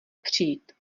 přijít